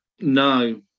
No